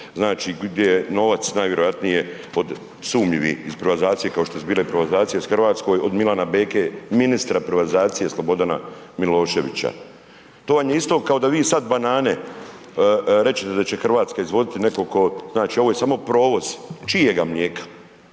gdje novac najvjerojatnije od sumnjivih privatizacije kao što su bile privatizacije u Hrvatskoj od Milana Beke ministra privatizacije Slobodana Miloševića. To vam je isto kao da vi sad banane rećete da Hrvatska izvoziti, netko ko, znači ovo je samo provoz, čijega mlijeka,